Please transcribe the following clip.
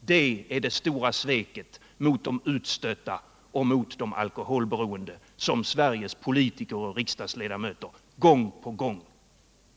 Detta är det stora svek mot de utstötta och mot de alkoholberoende som Sveriges politiker och riksdagsledamöter gång på gång